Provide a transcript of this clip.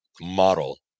model